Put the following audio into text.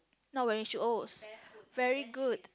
not wearing shoes very good